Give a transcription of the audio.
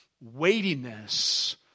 weightiness